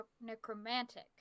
necromantic